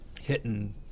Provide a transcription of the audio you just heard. hitting